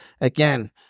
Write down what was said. Again